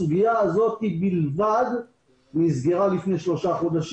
הסוגיה הזאת בלבד נסגרה לפני שלושה חודשים.